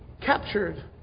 captured